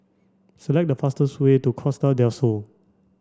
select the fastest way to Costa Del Sol